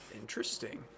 Interesting